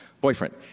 boyfriend